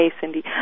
Cindy